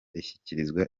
ishyikirizwa